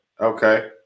Okay